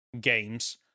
games